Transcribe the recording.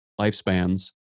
lifespans